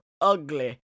ugly